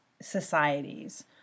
societies